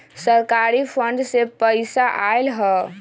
सरकारी फंड से पईसा आयल ह?